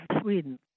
Sweden